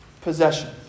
possession